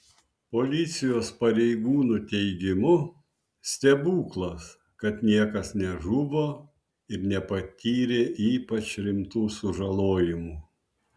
policijos pareigūnų teigimu stebuklas kad niekas nežuvo ir nepatyrė ypač rimtų sužalojimų